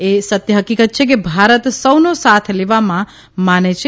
એ સત્ય હકિકત છે કે ભારત સૌનો સાથ લેવામાં માને છે